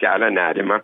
kelia nerimą